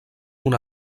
una